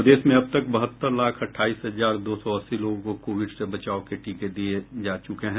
प्रदेश में अब तक बहत्तर लाख अट्ठाईस हजार दो सौ अस्सी लोगों को कोविड से बचाव के टीके लगाये जा चुके हैं